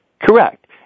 Correct